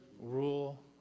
Rule